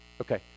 Okay